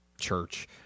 church